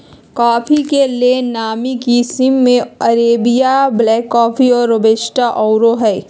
coffee के लेल नामी किशिम में अरेबिका, ब्लैक कॉफ़ी, रोबस्टा आउरो हइ